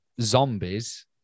zombies